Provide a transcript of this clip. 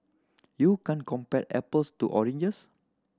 you can't compare apples to oranges